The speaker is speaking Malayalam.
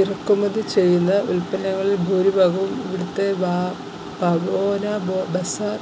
ഇറക്കുമതി ചെയ്യുന്ന ഉൽപ്പന്നങ്ങളിൽ ഭൂരിഭാഗവും ഇവിടുത്തെ പവോന ബസാർ